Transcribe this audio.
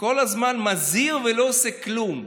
כל הזמן מזהיר ולא עושה כלום.